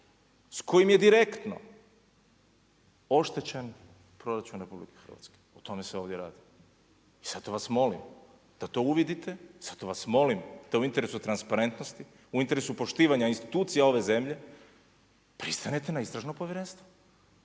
s kojim je direktno oštećen proračun RH, o tome se ovdje radi. I zato vas molim da to uvidite, zato vas molim da u interesu transparentnosti u interesu poštivanja institucija ove zemlje …/Govornik se ne razumije./… Na istražno povjerenstvo.